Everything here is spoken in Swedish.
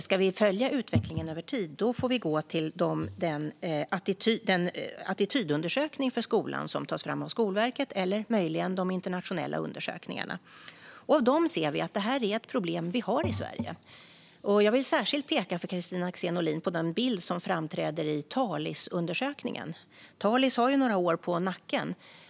Om vi ska följa utvecklingen över tid får vi gå till den attitydundersökning som tas fram av Skolverket eller möjligen till de internationella undersökningarna. Av dem ser vi att det här är ett problem i Sverige. Jag vill för Kristina Axén Olin särskilt peka på den bild som framträder i Talisundersökningen. Den har några år på nacken.